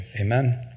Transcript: Amen